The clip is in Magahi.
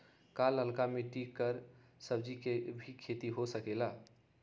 का लालका मिट्टी कर सब्जी के भी खेती हो सकेला?